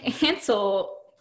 ansel